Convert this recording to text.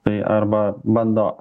tai arba bando